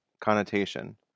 connotation